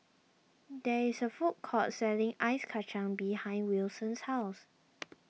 there is a food court selling Ice Kacang behind Wilson's house